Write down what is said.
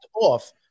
off